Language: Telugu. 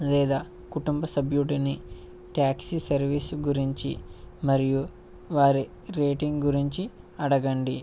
లేదా కుటుంబ సభ్యుడిని ట్యాక్సి సర్వీస్ గురించి మరియు వారి రేటింగ్ గురించి అడగండి